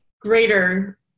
greater